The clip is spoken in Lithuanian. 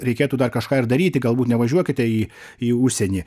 reikėtų dar kažką ir daryti galbūt nevažiuokite į į užsienį